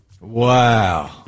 Wow